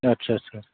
आच्चा चा